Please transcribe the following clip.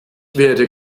werde